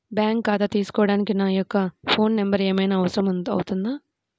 Bank ఖాతా తీసుకోవడానికి నా యొక్క ఫోన్ నెంబర్ ఏమైనా అవసరం అవుతుందా?